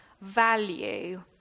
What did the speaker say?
value